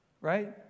Right